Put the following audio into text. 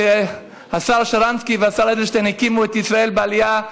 כשהשר שרנסקי והשר אדלשטיין הקימו את ישראל בעלייה,